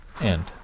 End